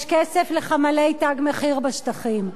יש כסף לחמ"לי "תג מחיר" בשטחים.